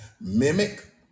mimic